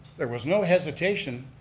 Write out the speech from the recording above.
there was no hesitation,